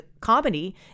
comedy